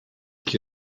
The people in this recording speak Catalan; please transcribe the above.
qui